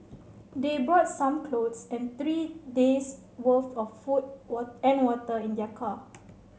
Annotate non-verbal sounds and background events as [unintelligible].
they brought some clothes and three days worth of food [unintelligible] and water in their car